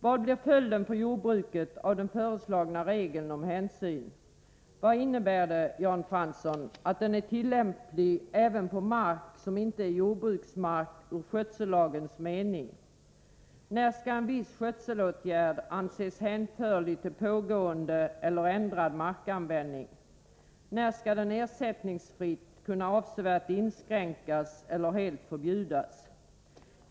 Vad blir följden för jordbruket av den föreslagna regeln om hänsyn? Vad innebär det, Jan Fransson, att den är tillämplig även på mark som inte är jordbruksmark i skötsellagens mening? När skall en viss skötselåtgärd anses hänförlig till pågående eller ändrad markanvändning? När skall den ersättningsfritt kunna avsevärt inskränkas eller helt förbjudas?